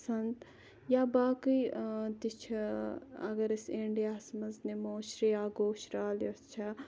پَسَنٛد یا باقٕے تہِ چھِ اَگَر أسۍ اِنڈیاہَس مَنٛز نِمو شِریا گوشرال